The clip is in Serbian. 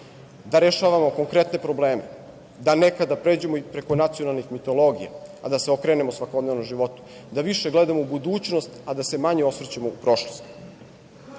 da rešavamo konkretne probleme, da nekada pređemo i preko nacionalnih mitologija, a da se okrenemo svakodnevnom životu, da više gledamo u budućnost, a da se manje osvrćemo u prošlost. Takođe,